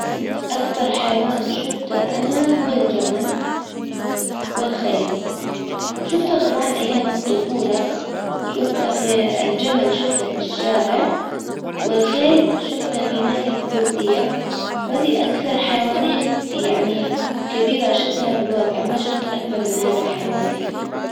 اكبر حيوان شفته انا هو الجمل والخيل. وشفته طبعا ايام الطفولة. شفته في الجمل شفته في الشارع. والخيل شفته في نادي الفروسية. وهذي اكثر حيوانين يعني كبيرة شفتها بالواجع ماشفت اكبر من هذي الحيوانين.